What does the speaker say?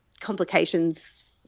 complications